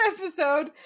episode